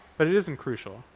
but it isn't crucial.